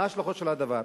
מה ההשלכות של הדבר?